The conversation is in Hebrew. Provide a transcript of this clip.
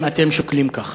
אם אתם שוקלים כך?